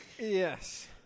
Yes